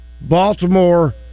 Baltimore